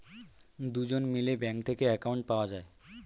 দুজন মিলে ব্যাঙ্ক থেকে অ্যাকাউন্ট পাওয়া যায়